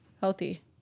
healthy